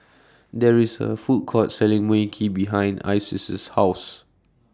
There IS A Food Court Selling Mui Kee behind Isis' House